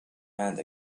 and